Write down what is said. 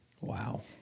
Wow